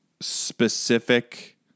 specific